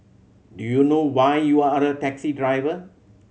do you know why you're the taxi driver